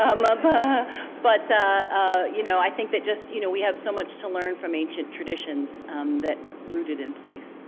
um ah but but you know, i think that just, you know we have so much to learn from ancient traditions um that are rooted in place.